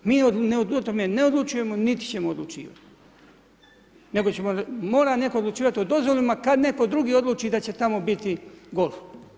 Mi o tome ne odlučujemo niti ćemo odlučivati, nego mora netko odlučivati o dozvolama kad netko drugi odluči da će tamo biti golf.